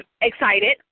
excited